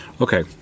Okay